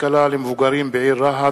השכלה למבוגרים בעיר רהט,